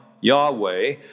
Yahweh